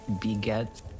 beget